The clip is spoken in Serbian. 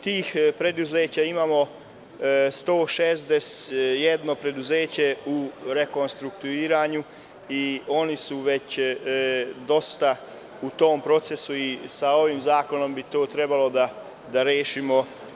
Od tih preduzeća imamo 161 preduzeće u restrukturiranju i oni su dosta u tom procesu i sa ovim zakonom bi trebalo to da rešimo.